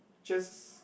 just